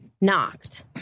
knocked